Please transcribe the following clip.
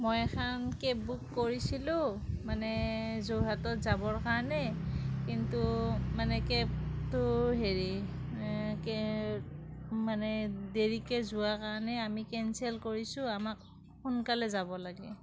মই এখন cab book কৰিছিলোঁ মানে যোৰহাটত যাবৰ কাৰণে কিন্তু মানে কেবটো হেৰি মানে দেৰিকৈ যোৱাৰ কাৰণে আমি কেঞ্চেল কৰিছোঁ আমাক সোনকালে যাব লাগে